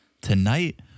Tonight